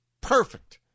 perfect